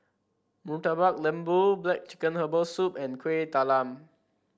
Murtabak Lembu black chicken Herbal Soup and Kueh Talam